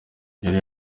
yari